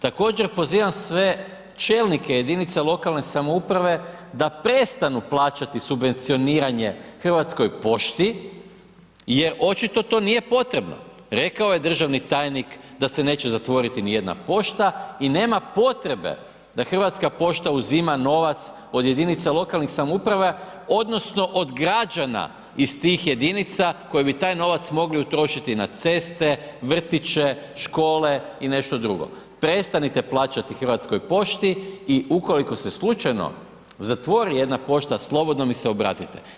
Također pozivam sve čelnike jedinica lokalne samouprave da prestanu plaćati subvencioniranje Hrvatskoj pošti jer očito to nije potrebno, rekao je državni tajnik da se neće zatvoriti nijedna pošta i nema potrebe da Hrvatska pošta uzima novac od jedinica lokalnih samouprava odnosno od građana iz tih jedinica koji bi taj novac mogli utrošiti na ceste, vrtiće, škole i nešto drugo, prestanite plaćati Hrvatskoj pošti i ukoliko se slučajno zatvori jedna pošta, slobodno mi se obratite.